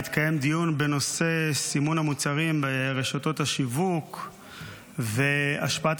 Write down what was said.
מי שמע דבר כזה?